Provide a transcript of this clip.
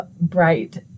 bright